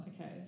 okay